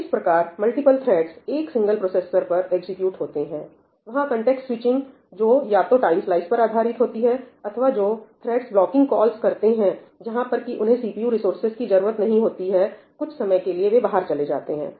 तो इस प्रकार मल्टीपल थ्रेड्स एक सिंगल प्रोसेसर पर एग्जीक्यूट होते हैं वहां कन्टेक्स्ट स्विचिंग जो या तो टाइम स्लाइस पर आधारित होती है अथवा जो थ्रेडस ब्लॉकिंग कॉल्स करते हैं जहां पर कि उन्हें सीपीयू रिसोर्सेज की जरूरत नहीं होती कुछ समय के लिए वे बाहर चले जाते हैं